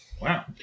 Wow